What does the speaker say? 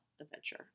adventure